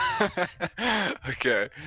Okay